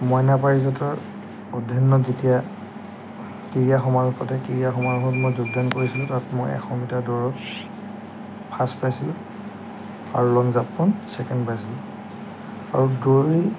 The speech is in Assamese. মইনা পাৰিজাতৰ অধ্যয়নত যেতিয়া ক্ৰীড়া সমাৰোহ পাতে ক্ৰীড়া সমাৰোহত মই যোগদান কৰিছিলোঁ তাত মই এশ মিটাৰ দৌৰত ফাৰ্ষ্ট পাইছিলোঁ আৰু লং জাম্পত ছেকেণ্ড পাইছিলোঁ আৰু দৌৰ